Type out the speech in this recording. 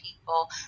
people